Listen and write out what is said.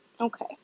Okay